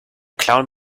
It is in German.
clown